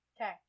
Okay